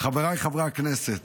חבריי חברי הכנסת,